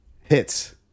hits